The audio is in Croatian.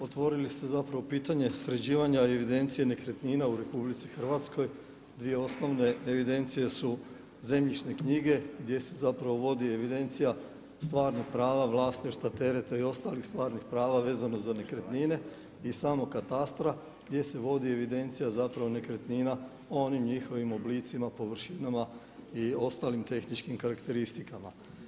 Otvorili ste zapravo pitanje sređivanje i evidencija nekretnina u RH, 2 osnovne evidencije su zemljišne knjige, gdje se zapravo vodi evidencija, stvarnog prava, vlasništva, tereta i ostalih stvarnih prava vezanih za nekretnine i samog katastra, gdje se vodi evidencija zapravo nekretnina u onim njihovim oblicima, površinama i ostalim tehničkim karakteristikama.